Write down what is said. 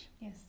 Yes